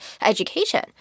education